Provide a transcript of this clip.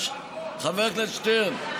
חבר הכנסת שטרן,